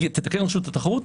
תתקן רשות התחרות.